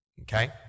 Okay